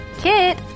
kit